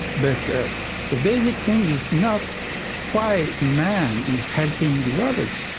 but the the basic thing is not why man is helping the others,